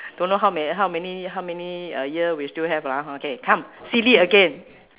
don't know how ma~ how many how many uh year we still have lah ha okay come silly again